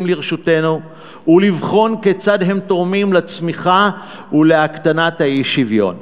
לרשותנו ולבחון כיצד הם תורמים לצמיחה ולהקטנת האי-שוויון.